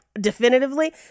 definitively